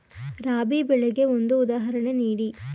ರಾಬಿ ಬೆಳೆಗೆ ಒಂದು ಉದಾಹರಣೆ ನೀಡಿ